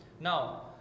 Now